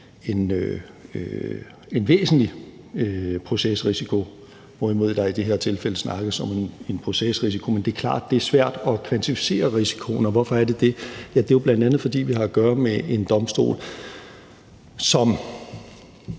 en væsentlig procesrisiko, hvorimod der i det her tilfælde snakkes om en procesrisiko. Men det er klart, at det er svært at kvantificere risikoen, og hvorfor er det det? Det er jo bl.a., fordi vi har at gøre med en domstol, som